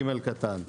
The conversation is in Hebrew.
סעיף קטן (ג).